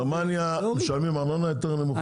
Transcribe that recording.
בגרמניה משלמים ארנונה יותר נמוכה,